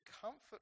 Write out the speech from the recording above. comfort